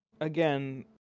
Again